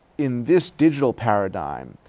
in this digital paradigm,